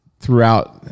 throughout